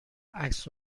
عکس